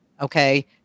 Okay